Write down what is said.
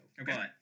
Okay